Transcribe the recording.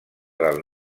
del